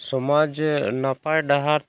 ᱥᱚᱢᱟᱡᱽ ᱱᱟᱯᱟᱭ ᱰᱟᱦᱟᱨ